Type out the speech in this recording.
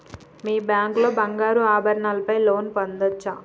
మీ bank లో బంగారు ఆభరణాల పై లోన్ పొందచ్చా?